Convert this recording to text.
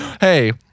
Hey